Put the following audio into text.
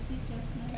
is it just nice